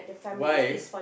why